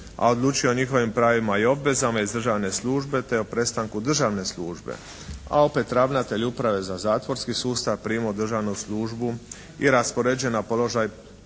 a odlučuje o njihovim pravima i obvezama iz državne službe te o prestanku državne službe. A opet ravnatelj uprave za zatvorski sustav prima u državnu službu i raspoređuje na položaj